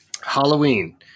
Halloween –